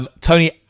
Tony